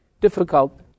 difficult